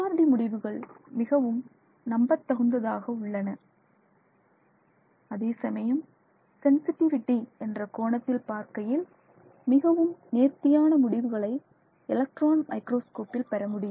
D முடிவுகள் மிகவும் நம்பத்தகுந்த தகுந்ததாக உள்ளன அதேசமயம் சென்சிட்டிவிட்டி என்ற கோணத்தில் பார்க்கையில் மிகவும் நேர்த்தியான முடிவுகளை எலக்ட்ரான் மைக்ரோஸ்கோப்பில் பெறமுடியும்